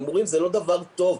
הימורים זה לא דבר טוב,